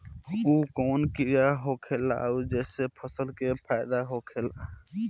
उ कौन कीड़ा होखेला जेसे फसल के फ़ायदा होखे ला?